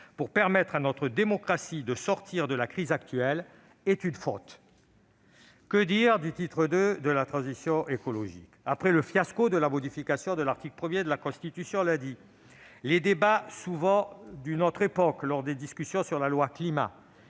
pour permettre à notre démocratie de sortir de la crise actuelle, est une faute. Que dire du titre II sur la transition écologique ? Après le fiasco de la modification de l'article 1 de la Constitution lundi dernier et les débats souvent d'une autre époque lors de l'examen de la loi Climat,